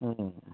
उम्म